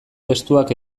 testuak